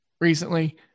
recently